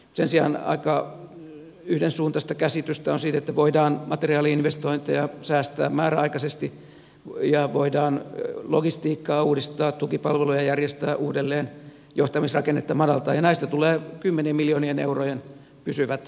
sen sijaan aika yhdensuuntaista käsitystä on siitä että voidaan materiaali investointeja säästää määräaikaisesti ja voidaan logistiikkaa uudistaa tukipalveluja järjestää uudelleen johtamisrakennetta madaltaa ja näistä tulee kymmenien miljoonien eurojen pysyvät säästöt